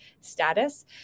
status